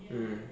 mm